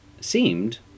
seemed